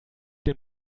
den